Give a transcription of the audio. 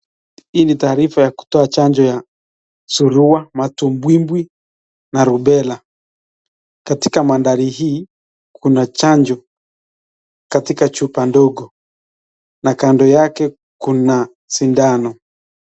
Hii ni taarifa ya kutoa chanjo ya surua, matumbwimbwi na rubela. Katika mandhari hii kuna chanjo katika chupa ndogo na kando yake kuna sindano.